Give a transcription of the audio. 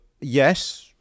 yes